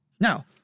Now